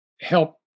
help